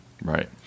Right